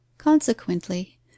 consequently